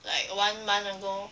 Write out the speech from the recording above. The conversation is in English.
like one month ago